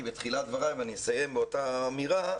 בתחילת דבריי ואני אסיים באותה אמירה,